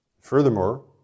Furthermore